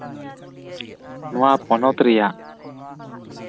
ᱱᱚᱣᱟ ᱯᱚᱱᱚᱛ ᱨᱮᱭᱟᱜ